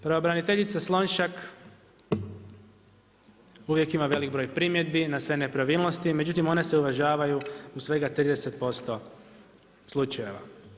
Pravobraniteljica Slonjšak uvijek ima velik broj primjedbi na sve nepravilnosti, međutim one se uvažavaju u svega 30% slučajeva.